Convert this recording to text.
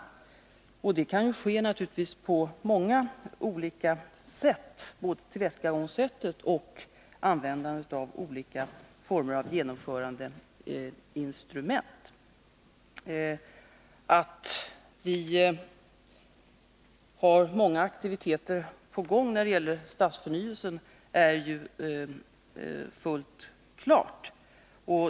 Tillvägagångssätten vid en förändring kan naturligtvis vara många liksom användandet av olika typer av genomförandeinstrument. Att vi har många aktiviteter i gång när det gäller stadsförnyelsen är fullt klart.